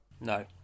No